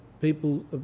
people